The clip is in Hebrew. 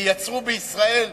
ייצרו בישראל,